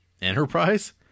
Enterprise